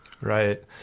Right